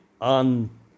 on